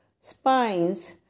spines